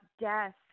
death